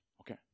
Okay